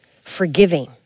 forgiving